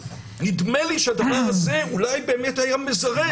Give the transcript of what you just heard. נדמה לי שהדבר הזה אולי באמת היה מזרז.